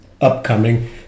upcoming